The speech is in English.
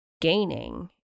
gaining